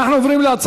אם כן,